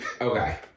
Okay